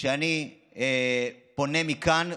אני פונה מכאן,